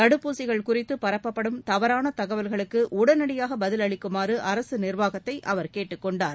தடுப்பூசிகள் குறித்து பரப்பப்படும் தவறான தகவல்களுக்கு உடனடியாக பதிலளிக்குமாறு அரசு நிர்வாகத்தை அவர் கேட்டுக்கொண்டார்